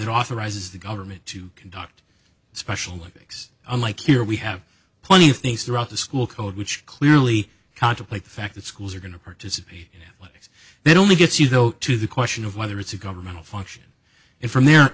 that authorizes the government to conduct special olympics unlike here we have plenty of things throughout the school code which clearly contemplate the fact that schools are going to participate in it they'd only gets you though to the question of whether it's a governmental function in from there